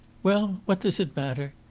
well, what does it matter?